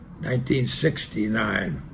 1969